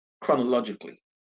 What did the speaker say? chronologically